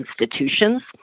institutions